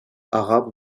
arabe